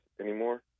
anymore